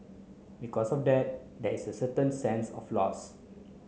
because of that there is a certain sense of loss